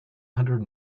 hundred